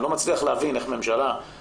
אני לא מצליח להבין איך ממשלה,